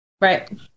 right